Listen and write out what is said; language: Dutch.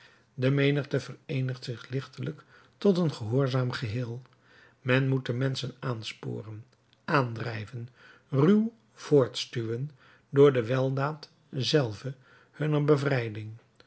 de menigte vereenigt zich lichtelijk tot een gehoorzaam geheel men moet de menschen aansporen aandrijven ruw voortstuwen door de weldaad zelve hunner bevrijding